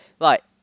right